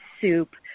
soup